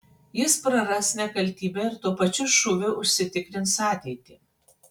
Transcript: jis praras nekaltybę ir tuo pačiu šūviu užsitikrins ateitį